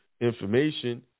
information